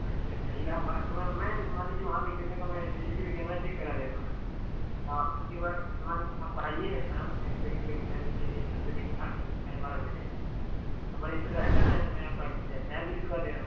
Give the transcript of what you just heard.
अच्छा अच्छा इलाहाबाद तो मैं मैं मान लीजिए वहाँ का इस्टेसन का मैं C C T V camera check करा देता हूँ हाँ उसके बाद मन आप आइए आराम से करीब करीब मान के चलिए दस बजे के बाद ग्यारह बारह बजे रहेगा नहीं तो मैं आपका एफयार भी लिखवा दे रहा हूँ